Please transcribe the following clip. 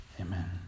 Amen